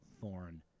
thorn